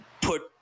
put